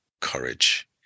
courage